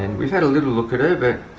and we've had a little look at her,